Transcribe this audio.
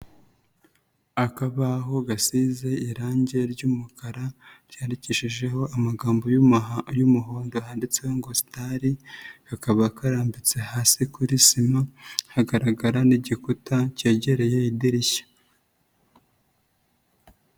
Akabaho gasize irangi ry'umukara, ryandikishijeho amagambo y'umuhondo handitseho ngo star, kakaba karambitse hasi kuri sima, hagaragara n'igikuta cyegereye idirishya.